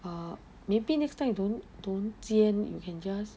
or maybe next time you don't don't 煎 you can just